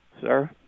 Sir